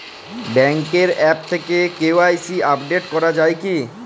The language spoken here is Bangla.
ব্যাঙ্কের আ্যপ থেকে কে.ওয়াই.সি আপডেট করা যায় কি?